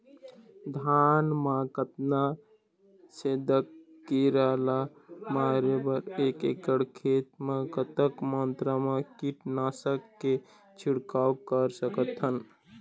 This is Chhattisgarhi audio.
धान मा कतना छेदक कीरा ला मारे बर एक एकड़ खेत मा कतक मात्रा मा कीट नासक के छिड़काव कर सकथन?